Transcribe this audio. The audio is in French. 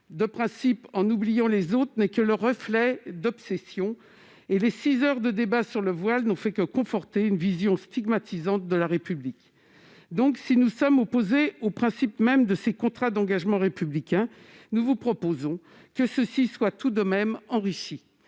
des principes, en oubliant les autres, n'est que le reflet d'obsessions. Les six heures de débat sur le voile n'ont fait qu'affermir une vision stigmatisante de la République. Si nous sommes opposés au principe même du contrat d'engagement républicain, nous souhaitons qu'il soit tout de même enrichi.